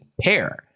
pair